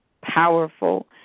powerful